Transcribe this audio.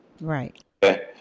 Right